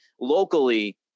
locally